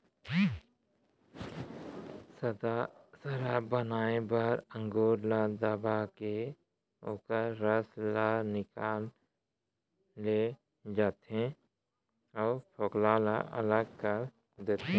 सादा सराब बनाए बर अंगुर ल दबाके ओखर रसा ल निकाल ले जाथे अउ फोकला ल अलग कर देथे